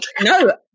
No